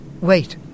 Wait